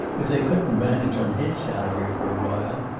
if they couldn't manage on his salary for a while,